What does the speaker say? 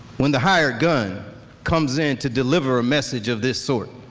when the hired gun comes in to deliver a message of this sort,